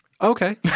Okay